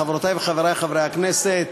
חברותי וחברי חברי הכנסת,